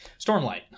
Stormlight